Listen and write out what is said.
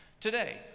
today